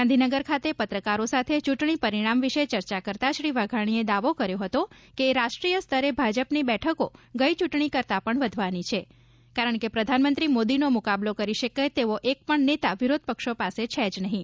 ગાંધીનગર ખાતે પત્રકારો સાથે ચૂંટણી પરિણામ વિશે ચર્ચા કરતા શ્રી વાઘાણીએ દાવો કર્યો હતો કે રાષ્ટ્રીય સ્તરે ભાજપની બેઠકો ગઇ ચૂંટણી કરતા પણ વધવાની છે કારણ કે પ્રધાનમંત્રી મોદીનો મુકાબલો કરી શકે તેવો એક પણ નેતા વિરોધપક્ષો પાસે છે જ નહીં